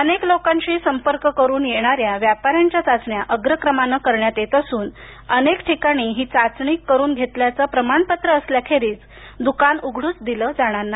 अनेक लोकांशी संपर्क येणाऱ्या व्यापाऱ्यांच्या चाचण्या अग्रक्रमानं करण्यात येत असून अनेक ठिकाणी ही चाचणी करून घेतल्याचं प्रमाणपत्र असल्याखेरीज दुकान उघडच दिलं जाणार नाही